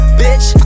bitch